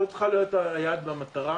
זה צריך להיות היעד והמטרה,